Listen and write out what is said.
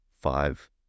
five